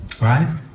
Right